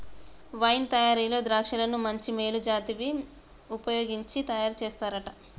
wine తయారీలో ద్రాక్షలను మంచి మేలు జాతివి వుపయోగించి తయారు చేస్తారంట